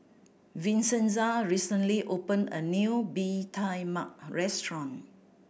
Vincenza recently opened a new Bee Tai Mak restaurant